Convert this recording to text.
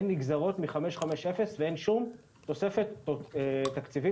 נגזרות מ-550 ואין שום תוספת תקציבית